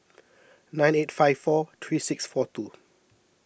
nine eight five four three six four two